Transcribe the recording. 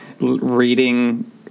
reading